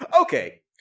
Okay